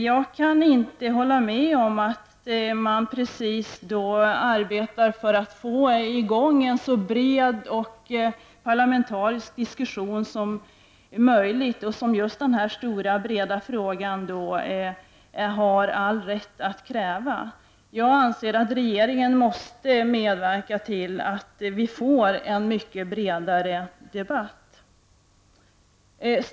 Jag kan inte precis hålla med om att man arbetar för att få i gång en så bred och parlamentarisk diskussion som möjligt, som just den här stora, breda, frågan med all rätt kräver. Jag anser att regeringen måste medverka till att vi får en mycket bredare debatt här.